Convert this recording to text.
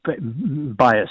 bias